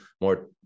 more